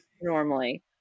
normally